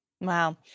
Wow